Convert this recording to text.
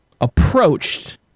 approached